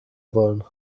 wollen